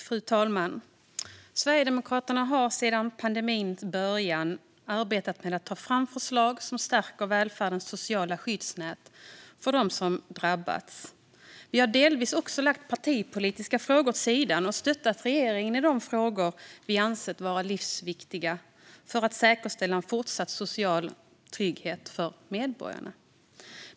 Fru talman! Sverigedemokraterna har sedan pandemins början arbetat med att ta fram förslag som stärker välfärdens sociala skyddsnät för dem som drabbats. Vi har delvis också lagt partipolitiska frågor åt sidan och stöttat regeringen i de frågor vi ansett vara livsviktiga för att säkerställa en fortsatt social trygghet för medborgarna.